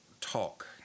talk